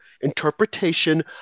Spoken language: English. interpretation